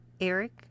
Eric